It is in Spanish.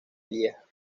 lieja